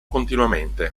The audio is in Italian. continuamente